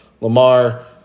Lamar